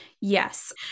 Yes